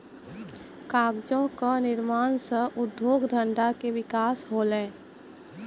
कागजो क निर्माण सँ उद्योग धंधा के विकास होलय